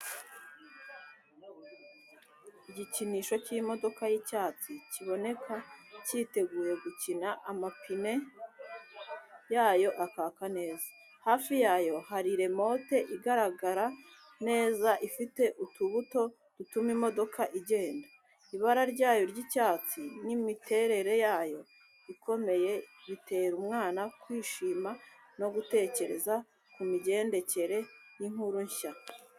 Igikinisho cy’imodoka y’icyatsi kiboneka cyiteguye gukina, amapine yayo akaka neza. Hafi yayo hari remote igaragara neza ifite utubuto dutuma imodoka igenda. Ibara ryayo ry’icyatsi n’imiterere yayo ikomeye bitera umwana kwishima no gutekereza ku migendekere y’inkuru nshya.